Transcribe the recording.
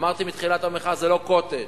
אמרתי בתחילת המחאה, זה לא "קוטג'",